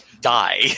die